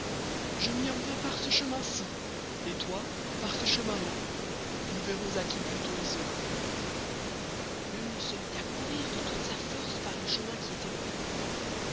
je m'y en vais par ce chemin icy et toy par ce chemin-là et nous verrons qui plûtost y sera le loup se mit à courir de toute sa force par le chemin qui estoit le plus court